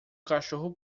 cachorro